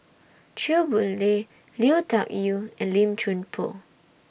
Chew Boon Lay Lui Tuck Yew and Lim Chuan Poh